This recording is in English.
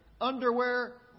Underwear